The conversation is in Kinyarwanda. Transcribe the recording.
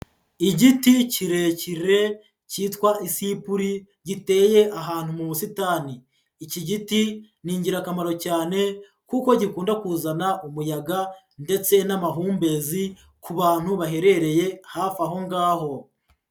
Igiti kirekire cyitwa isipuri giteye ahantu mu busitani, iki giti ni ingirakamaro cyane kuko gikunda kuzana umuyaga ndetse n'amahumbezi ku bantu baherereye hafi aho ngaho.